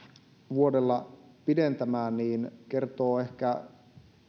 vuodella pidentämään kertoo ehkä